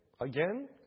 again